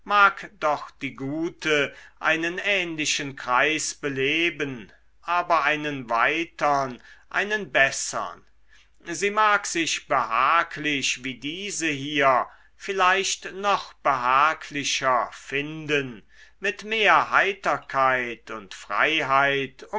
doch die gute einen ähnlichen kreis beleben aber einen weitern einen bessern sie mag sich behaglich wie diese hier vielleicht noch behaglicher finden mit mehr heiterkeit und freiheit